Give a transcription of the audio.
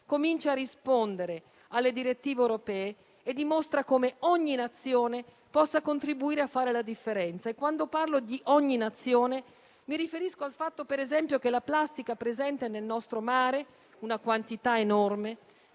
comincia a rispondere alle direttive europee e dimostra come ogni Nazione possa contribuire a fare la differenza. Quando parlo di ogni Nazione mi riferisco al fatto che, per esempio, la plastica presente nel nostro mare - una quantità enorme